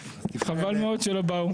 חבל מאוד שלא באו.